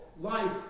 life